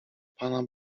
pana